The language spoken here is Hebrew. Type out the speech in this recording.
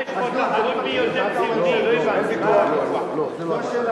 אני מזמין את חבר הכנסת דב חנין, ואחריו,